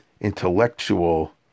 intellectual